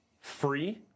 free